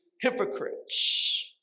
hypocrites